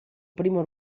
primo